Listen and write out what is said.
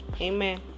Amen